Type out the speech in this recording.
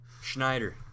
Schneider